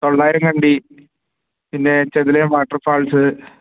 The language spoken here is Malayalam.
തൊള്ളായിരം കണ്ടി പിന്നെ ചെതലയം വാട്ടർ ഫാൾസ്